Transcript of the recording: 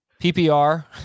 PPR